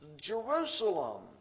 Jerusalem